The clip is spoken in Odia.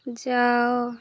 ଯାଅ